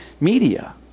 media